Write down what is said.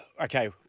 Okay